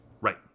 Right